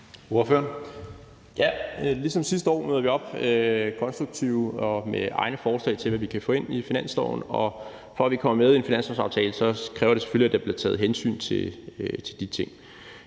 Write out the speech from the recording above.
Jarlov (KF): Ligesom sidste år møder vi konstruktivt op med egne forslag til, hvad vi kan få ind i finansloven, og for at vi kommer med i en finanslovsaftale, kræver det selvfølgelig, at der bliver taget hensyn til de ting.